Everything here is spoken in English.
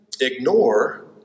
ignore